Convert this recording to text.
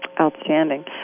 Outstanding